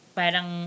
parang